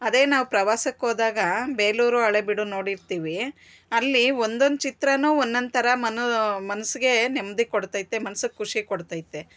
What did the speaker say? ಅದೆ ನಾವು ಪ್ರವಾಸಕ್ಕೆ ಹೋದಾಗ ಬೇಲೂರು ಹಳೆಬೀಡು ನೋಡಿರ್ತಿವಿ ಅಲ್ಲಿ ಒಂದೊಂದು ಚಿತ್ರ ಒನ್ನೊಂದು ಥರ ಮನು ಮನ್ಸಿಗೇ ನೆಮ್ಮದಿ ಕೊಡ್ತೈತೆ ಮನ್ಸಿಗ್ ಖುಷಿ ಕೊಡ್ತೈತೆ